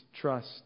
trust